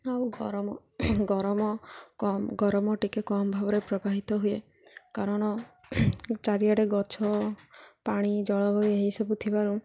ଆଉ ଗରମ ଗରମ କମ୍ ଗରମ ଟିକେ କମ୍ ଭାବରେ ପ୍ରବାହିତ ହୁଏ କାରଣ ଚାରିଆଡ଼େ ଗଛ ପାଣି ଜଳବାୟୁ ଏହିସବୁ ଥିବାରୁ